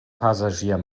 passagier